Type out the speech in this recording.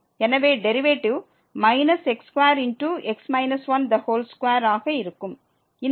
எனவே derivative x2x 12 ஆக இருக்கும்